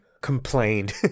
complained